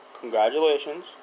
Congratulations